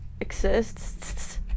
Exists